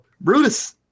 Brutus